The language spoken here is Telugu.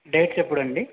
డేట్స్ ఎప్పుడు అండి